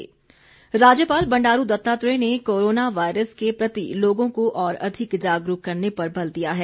राज्यपाल राज्यपाल बंडारू दत्तात्रेय ने कोरोना वायरस के प्रति लोगों को और अधिक जागरूक करने पर बल दिया है